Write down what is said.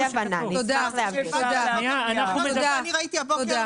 זה נוסח שאני ראיתי הבוקר,